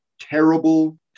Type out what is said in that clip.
terrible